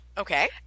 Okay